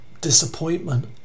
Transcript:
disappointment